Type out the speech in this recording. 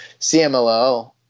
CMLL